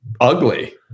ugly